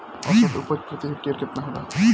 औसत उपज प्रति हेक्टेयर केतना होला?